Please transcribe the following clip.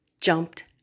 jumped